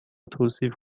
توصیف